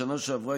בשנה שעברה,